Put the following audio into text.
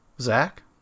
Zach